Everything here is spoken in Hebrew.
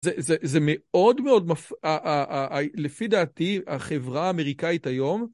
זה מאוד מאוד, לפי דעתי, החברה האמריקאית היום...